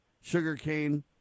sugarcane